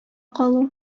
калу